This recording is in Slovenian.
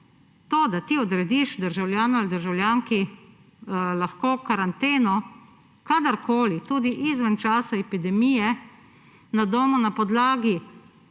to, da ti odrediš državljanu ali državljanki lahko karanteno kadarkoli, tudi izven časa, na domu na podlagi